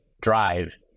drive